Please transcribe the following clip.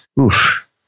Oof